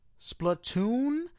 Splatoon